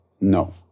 No